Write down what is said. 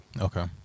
okay